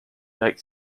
night